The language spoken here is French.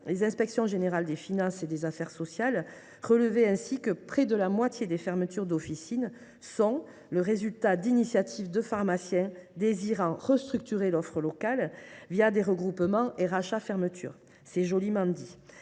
les inspections générales des finances et des affaires sociales relevaient ainsi que « près de la moitié des fermetures d’officines sont […] le résultat d’initiatives de pharmaciens désirant restructurer l’offre locale des regroupements et rachats fermetures ». Voilà qui est joliment dit…